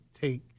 take